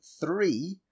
three